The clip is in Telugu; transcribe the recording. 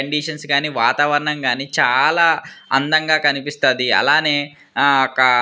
కండీషన్స్ గానీ వాతావరణంగానీ చాలా అందంగా కనిపిస్తుంది అలానే ఆ యొక్క